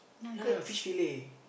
ya fish fillet